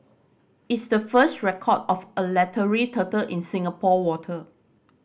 it's the first record of a leathery turtle in Singapore water